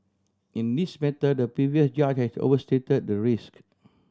in this matter the previous judge has overstated the risk